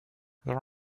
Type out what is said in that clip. there